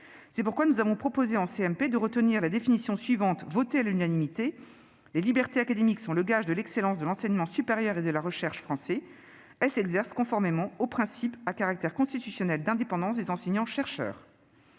C'est pourquoi nous avons proposé en commission mixte paritaire de retenir la définition suivante, votée à l'unanimité :« Les libertés académiques sont le gage de l'excellence de l'enseignement supérieur et de la recherche français. Elles s'exercent conformément aux principes à caractère constitutionnel d'indépendance des enseignants-chercheurs.